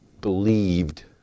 believed